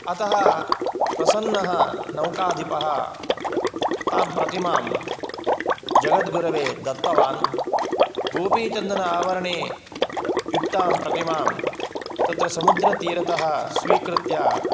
अतः प्रसन्नः नौकाधिपः तां प्रतिमां जगद्गुरवे दत्तवान् गोपीचन्दन आवरणे युक्तां प्रतिमां तत्र समुद्रतीरतः स्वीकृत्य